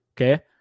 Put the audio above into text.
Okay